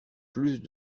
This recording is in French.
plus